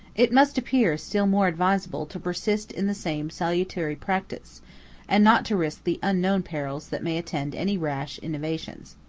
it must appear still more advisable to persist in the same salutary practice and not to risk the unknown perils that may attend any rash innovations.